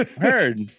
heard